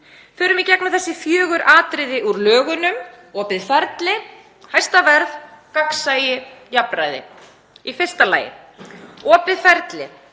orði. Förum í gegnum þessi fjögur atriði úr lögunum: opið ferli, hæsta verð, gagnsæi og jafnræði. Í fyrsta lagi: Opið ferli.